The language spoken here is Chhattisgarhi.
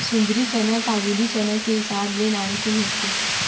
सुंदरी चना काबुली चना के हिसाब ले नानकुन होथे